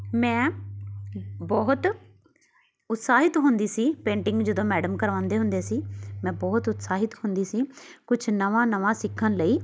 ਮੈਂ ਬਹੁਤ ਉਤਸ਼ਾਹਿਤ ਹੁੰਦੀ ਸੀ ਪੇਂਟਿੰਗ ਜਦੋਂ ਮੈਡਮ ਕਰਵਾਉਂਦੇ ਹੁੰਦੇ ਸੀ ਮੈਂ ਬਹੁਤ ਉਤਸ਼ਾਹਿਤ ਹੁੰਦੀ ਸੀ ਕੁਛ ਨਵਾਂ ਨਵਾਂ ਸਿੱਖਣ ਲਈ